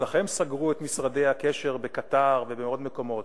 אצלכם סגרו את משרדי הקשר בקטאר ובעוד מקומות.